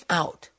out